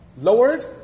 lowered